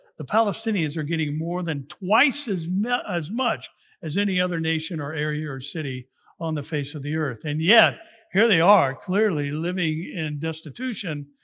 the palestinians are getting more than twice as much as much as any other nation, or area, or city on the face of the earth. and yet here they are clearly, living in destitution.